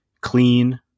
clean